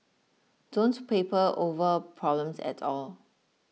don't paper over problems at all